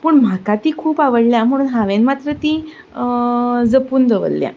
पूण म्हाका तीं खूब आवडल्यां म्हूण हांवें मात्र तीं जपून दवरल्यां